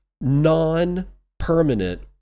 non-permanent